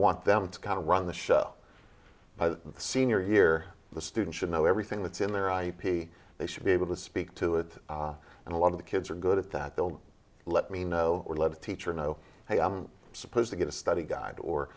want them to kind of run the show by the senior year the student should know everything that's in their ip they should be able to speak to it and a lot of the kids are good at that they'll let me know or lead teacher know hey i'm supposed to get a study guide or